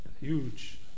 huge